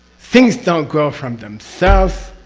things don't grow from themselves,